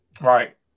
Right